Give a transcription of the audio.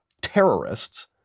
terrorists